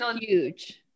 huge